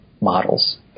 models